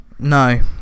No